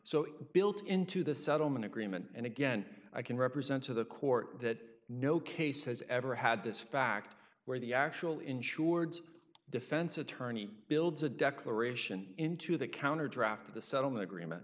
so built into the settlement agreement and again i can represent to the court that no case has ever had this fact where the actual insureds defense attorney builds a declaration into the counter draft of the settlement agreement